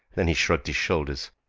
then he shrugged his shoulders.